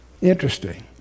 Interesting